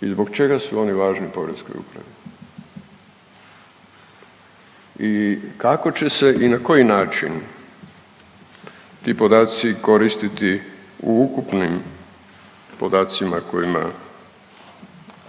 i zbog čega su oni važni poreskoj upravi? I kako će se i na koji način ti podaci koristiti u ukupnim podacima kojima